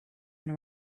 and